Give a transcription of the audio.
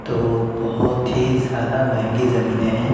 تو بہت ہی زیادہ مہنگی زمیںیں ہیں